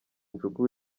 injugu